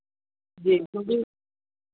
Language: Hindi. जी